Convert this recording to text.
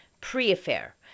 pre-affair